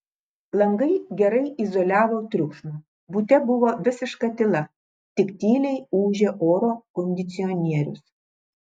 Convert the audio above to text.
langai gerai izoliavo triukšmą bute buvo visiška tyla tik tyliai ūžė oro kondicionierius